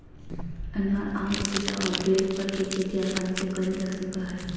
अनार, आम, पपीता और बेल फल के खेती आसानी से कइल जा सकय हइ